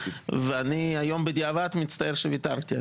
דוגרי, בדיעבד אני מצטער שוויתרתי.